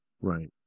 Right